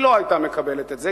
היא לא היתה מקבלת את זה,